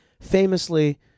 Famously